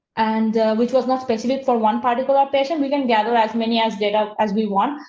and which was not specially for one particular patient, we can gather as many as data as we want.